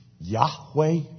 Yahweh